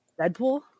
Deadpool